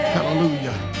Hallelujah